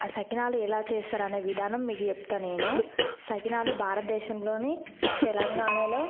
ఆ సకినాలు ఎలా చేస్తారనే విధానం మీకు చెప్తా నేను సకినాలు భారతదేశంలోని తెలంగాణలో